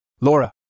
Laura